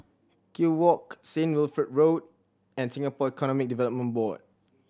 Kew Walk Saint Wilfred Road and Singapore Economic Development Board